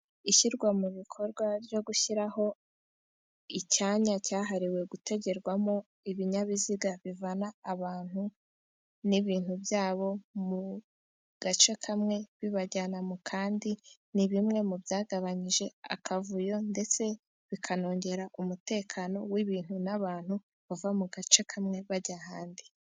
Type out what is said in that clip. Ishyirwa mu bikorwa ryo gushyiraho icyanya cyahariwe gutegerwamo ibinyabiziga, bivana abantu n'ibintu byabo mu gace kamwe bibajyana mu kandi. Ni bimwe mu byagabanyije akavuyo ndetse bikanongera umutekano w'ibintu n'abantu, bava mu gace kamwe bajya ahandi.